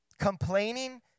complaining